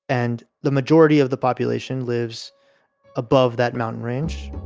and the majority of the population lives above that mountain range,